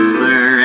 sir